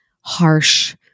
harsh